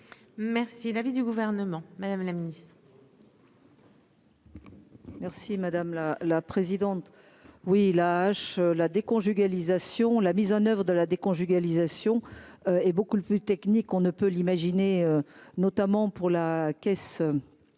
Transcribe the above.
Merci l'avis du gouvernement, madame la ministre. Merci madame la la présidente oui là je la déconjugalisation, la mise en oeuvre de la déconjugalisation, et beaucoup le plus technique, on ne peut l'imaginer, notamment pour la Caisse